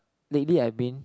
lately I been